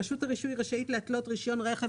רשות הרישוי רשאית להתלות רישיון רכב